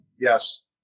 Yes